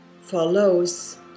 follows